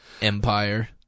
empire